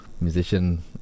musician